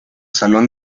salón